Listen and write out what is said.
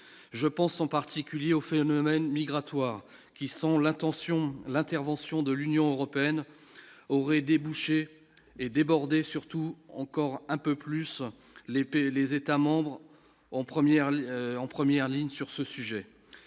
je pense en particulier au phénomène migratoire qui sont l'intention l'intervention de l'Union européenne aurait débouché et débordé surtout encore un peu plus les payer les États-membres en première ligne en première